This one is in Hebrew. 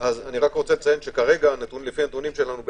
אבל לפי הנתונים שלנו,